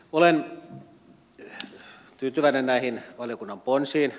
olen tyytyväinen näihin valiokunnan ponsiin